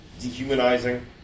dehumanizing